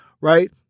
right